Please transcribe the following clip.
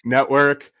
Network